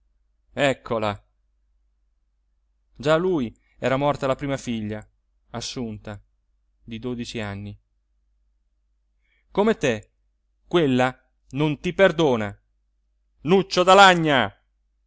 eccola già a lui era morta la prima figlia assunta di dodici anni come te quella non ti perdona nuccio d'alagna